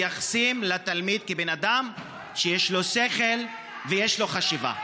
ומתייחסים לתלמיד כאל בן אדם שיש לו שכל ויש לו חשיבה.